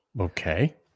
Okay